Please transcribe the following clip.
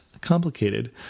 complicated